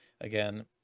again